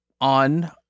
on